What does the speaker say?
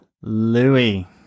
louis